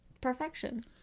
Perfection